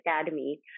academy